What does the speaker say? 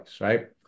right